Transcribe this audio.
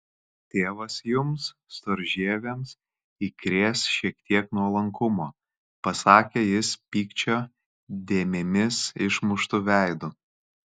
tėvas jums storžieviams įkrės šiek tiek nuolankumo pasakė jis pykčio dėmėmis išmuštu veidu